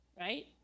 right